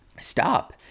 stop